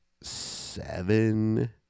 seven